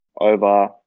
over